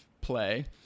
play